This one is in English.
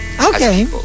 Okay